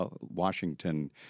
Washington